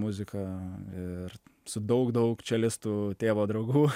muzika ir su daug daug čelistų tėvo draugų